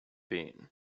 been